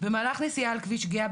"במהלך נסיעה על כביש גהה,